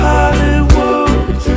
Hollywood